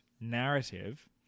narrative